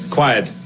Quiet